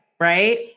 Right